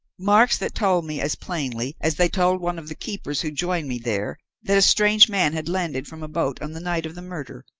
marks that told me as plainly as they told one of the keepers who joined me there that a strange man had landed from a boat on the night of the murder,